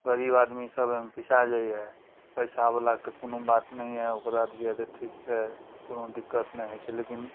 गरीब आदमी सब एहिमे पिसा जाइए पैसाबला कऽ तऽ कोनो बात नहि यऽ ओकरा लिए तऽ ठीक छै कोनो दिक्कत नहि होइत छै लेकिन